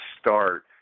start